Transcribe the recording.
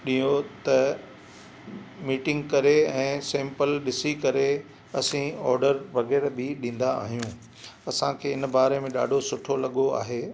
ॿियो त मीटिंग करे ऐं सेंपल ॾिसी करे असीं ऑडर वगै़रह बि ॾींदा आहियूं असांखे इन बारे में ॾाढो सुठो लॻो आहे